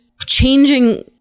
changing